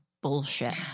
bullshit